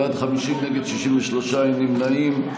בעד, 50, נגד, 63, אין נמנעים.